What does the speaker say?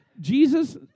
Jesus